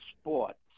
sports